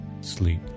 sleep